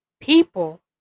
people